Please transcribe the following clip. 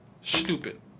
stupid